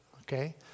okay